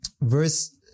verse